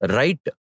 right